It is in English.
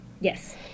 Yes